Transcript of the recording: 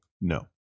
No